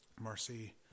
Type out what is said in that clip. Marcy